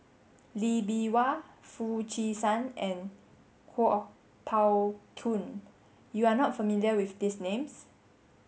Lee Bee Wah Foo Chee San and Kuo Pao Kun you are not familiar with these names